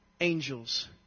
angels